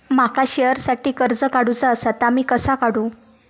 माका शेअरसाठी कर्ज काढूचा असा ता मी कसा काढू?